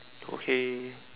okay